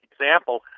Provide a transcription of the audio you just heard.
example